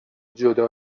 جدا